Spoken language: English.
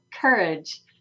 courage